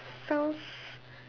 sounds